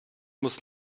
muss